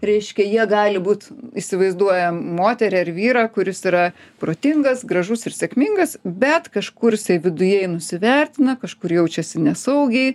reiškia jie gali būt įsivaizduojam moterį ar vyrą kuris yra protingas gražus ir sėkmingas bet kažkur jisai viduje nusivertina kažkur jaučiasi nesaugiai